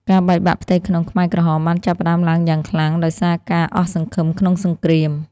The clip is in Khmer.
ការបែកបាក់ផ្ទៃក្នុងខ្មែរក្រហមបានចាប់ផ្ដើមឡើងយ៉ាងខ្លាំង ដោយសារការអស់សង្ឃឹមក្នុងសង្គ្រាម។